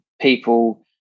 people